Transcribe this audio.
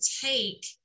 take